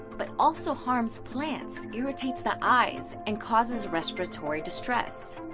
but also harms plants, irritates the eyes, and causes respiratory distress.